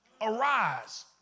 Arise